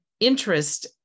interest